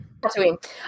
Tatooine